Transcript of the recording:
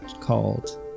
called